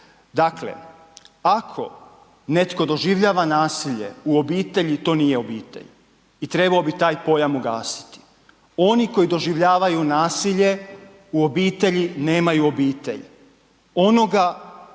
Dakle, ako netko doživljava nasilje u obitelji to nije obitelj i trebao bi taj pojam ugasiti. Oni koji doživljavaju nasilje u obitelji nemaju obitelj, onoga